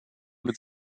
mit